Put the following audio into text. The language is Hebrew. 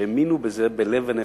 שהאמינו בזה בלב ונפש.